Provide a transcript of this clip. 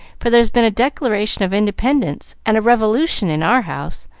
for there's been a declaration of independence and a revolution in our house,